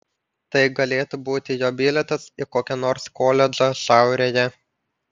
tai galėtų būti jo bilietas į kokį nors koledžą šiaurėje